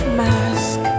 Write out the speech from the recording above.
mask